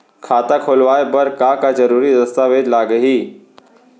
खाता खोलवाय बर का का जरूरी दस्तावेज लागही?